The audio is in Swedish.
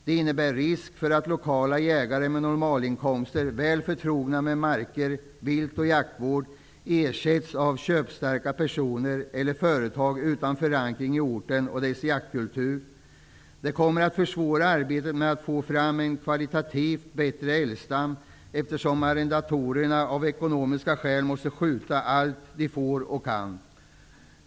Det innebär risk för att lokala jägare med normalinkomster och väl förtrogna med marker, vilt och jaktvård ersätts av köpstarka personer eller företag utan förankring i orten och dess jaktkultur. Det kommer att försvåra arbetet med att få fram en kvalitativt bättre älgstam, eftersom arrendatorerna av ekonomiska skäl måste skjuta allt de får och kan.